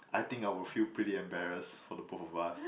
I think I will feel pretty embarrassed for the both of us